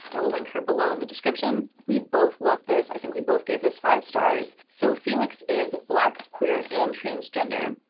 i will link her below in the description. we both loved this. i think we both gave this five stars. so felix is black, queer, and transgender.